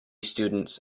students